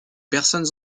personnes